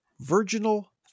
virginal